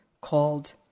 called